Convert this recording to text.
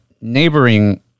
neighboring